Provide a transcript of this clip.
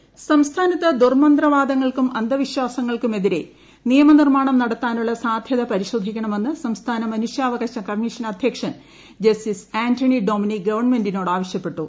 മനുഷ്യാവകാശ കമ്മീഷൻ സംസ്ഥാനത്ത് ദുർമന്ത്രവാദങ്ങൾക്കും അന്ധവിശ്വാസങ്ങൾ ക്കുമെതിരെ നിയമനിർമ്മാണം നടത്താനുള്ള സാധ്യത പരിശോധിക്കണമെന്ന് സംസ്ഥാന മനുഷ്യാവകാശ കമ്മീഷൻ അധ്യക്ഷൻ ജസ്റ്റിസ് ആന്റണി ഡൊമിനിക് ഗവൺമെന്റിനോട് ആവശ്യപ്പെട്ടു